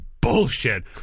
bullshit